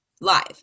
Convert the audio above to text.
Live